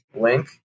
link